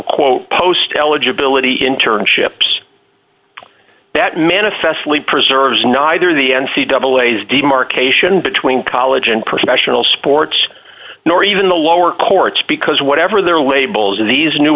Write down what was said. quote post eligibility internships that manifestly preserves neither the n c double ways demarcation between college and professional sports nor even the lower courts because whatever their labels in these new